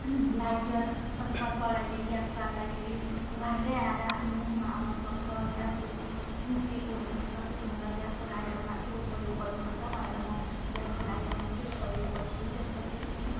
lighter अथवा सलाईले gas बाल्दाखेरि ह्वार्रै आएर आफ्नो मुखमा आउनसक्छ ग्यास बेसी निस्केको हुनसक्छ त्यसो हुँदा ग्यासको लाइटरमात्रै उपयोग गर्नुपर्छ भनेर म ग्यासको लाइटरमात्रै उपयोग गर्छु त्यस पछि